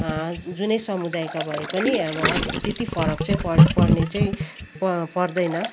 जुनै समुदायका भए पनि अब अर् त्यति फरक चाहिँ पर् पर्ने चाहिँ प पर्दैन